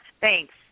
Thanks